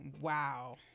wow